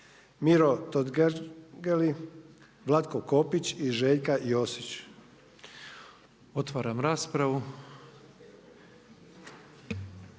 Miro Totgergeli, Vlatko Kopić i Željka Josić. **Petrov,